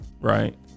Right